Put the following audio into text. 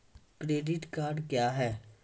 Credit card क्या हैं?